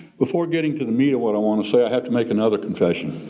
before getting to the meat of what i wanna say, i have to make another confession.